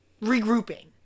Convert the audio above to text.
Regrouping